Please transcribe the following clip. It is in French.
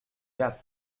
gap